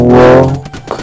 walk